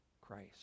Christ